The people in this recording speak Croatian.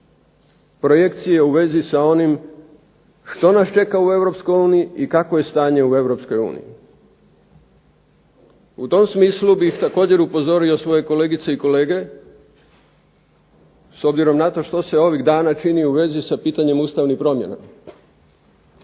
projekcije u vezi sa onim što nas čeka u Europskoj uniji i kakvo je stanje u Europskoj uniji. U tom smislu bih također upozorio svoje kolegice i kolege, s obzirom na to što se ovih dana čini u vezi sa pitanjem ustavnim promjena.